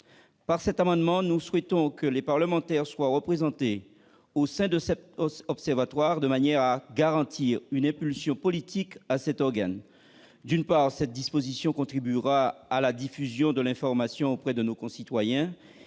santé publique. Nous souhaitons que les parlementaires soient représentés au sein de cet observatoire, de manière à lui garantir une impulsion politique. D'une part, cette disposition contribuera à la diffusion de l'information auprès de nos concitoyens